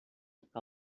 que